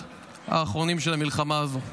הקורבנות האחרונים של המלחמה הזו.